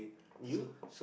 you